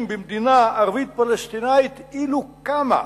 במדינה ערבית פלסטינית אילו קמה?